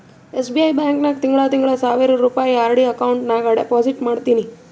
SBI bank ನಾಗ್ ತಿಂಗಳಾ ತಿಂಗಳಾ ಸಾವಿರ್ ರುಪಾಯಿ ಆರ್.ಡಿ ಅಕೌಂಟ್ ನಾಗ್ ಡೆಪೋಸಿಟ್ ಮಾಡ್ತೀನಿ